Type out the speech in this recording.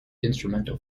instrumental